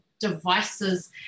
devices